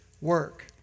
work